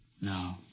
No